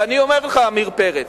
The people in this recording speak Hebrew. ואני אומר לך, עמיר פרץ,